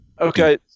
Okay